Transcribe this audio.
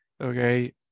okay